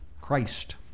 Christ